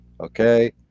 okay